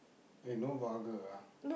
eh no vulgar ah